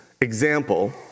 example